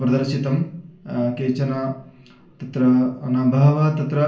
प्रदर्शितं केचन तत्र नभ वा तत्र